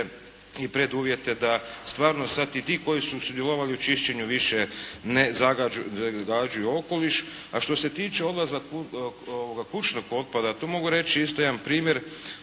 i preduvjete da stvarno sad i ti koji su sudjelovali u čišćenju više ne zagađuju okoliš. A što se tiče odvoza kućnog otpada, tu mogu reći isto jedan primjer